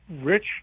Rich